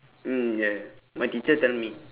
mm ya ya my teacher tell me